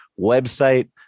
website